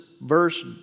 verse